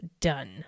done